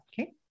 okay